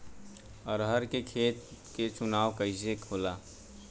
अरहर के खेत के चुनाव कइसे होला?